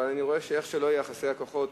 אבל אני רואה שאיך שלא יהיו יחסי הכוחות,